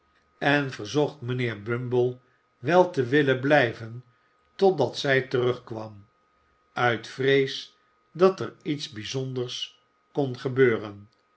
en verzocht mijnheer bumble wel te willen blijven totdat zij terugkwam uit vrees dat er iets bijzonders kon gebeuren